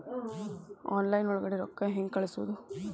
Online ಒಳಗಡೆ ರೊಕ್ಕ ಹೆಂಗ್ ಕಳುಹಿಸುವುದು?